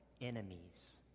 enemies